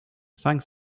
cinq